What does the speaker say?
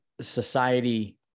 society